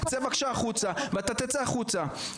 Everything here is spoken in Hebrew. צא בבקשה החוצה ואתה תצא החוצה.